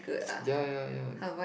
ya ya ya